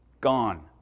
gone